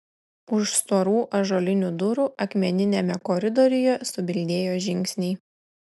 už storų ąžuolinių durų akmeniniame koridoriuje subildėjo žingsniai